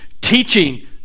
teaching